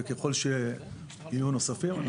וככל שיהיו נוספים,